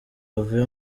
bavuye